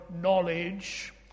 knowledge